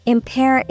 Impair